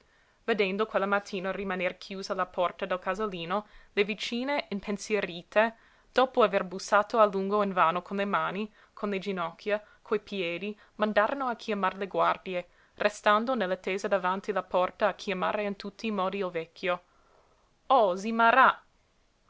ammalò vedendo quella mattina rimaner chiusa la porta del casalino le vicine impensierite dopo aver bussato a lungo invano con le mani con le ginocchia coi piedi mandarono a chiamar le guardie restando nell'attesa davanti la porta a chiamare in tutti i modi il vecchio o zi marà